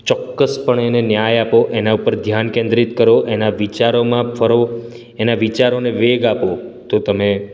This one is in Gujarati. ચોક્કસપણે એને ન્યાય આપો એના ઉપર ધ્યાન કેન્દ્રિત કરો એના વિચારોમાં ફરો એના વિચારોને વેગ આપો તો તમે